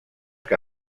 que